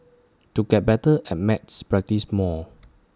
to get better at maths practise more